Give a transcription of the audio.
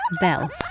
Bell